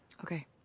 Okay